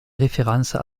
références